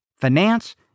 finance